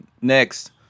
Next